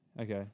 okay